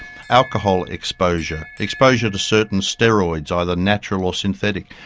alcohol exposure, exposure to certain steroids, either natural or synthetic.